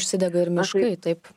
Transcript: užsidega ir miškai taip